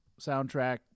soundtrack